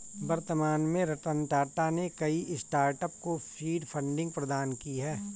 वर्तमान में रतन टाटा ने कई स्टार्टअप को सीड फंडिंग प्रदान की है